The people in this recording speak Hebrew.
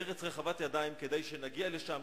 הארץ רחבת ידיים וכדאי שנגיע לשם,